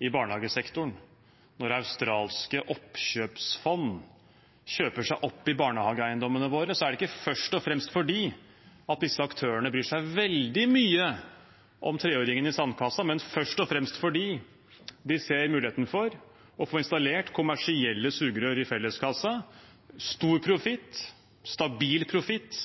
i barnehagesektoren, når australske oppkjøpsfond kjøper seg opp i barnehageeiendommene våre, er det ikke først og fremst fordi disse aktørene bryr seg veldig mye om treåringen i sandkassa, men først og fremst fordi de ser muligheten for å få installert kommersielle sugerør i felleskassen. Stor profitt, stabil profitt